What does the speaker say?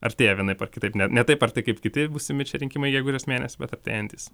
artėja vienaip ar kitaip ne ne taip arti kaip kiti būsimi čia rinkimai gegužės mėnesį bet artėjantys